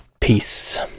Peace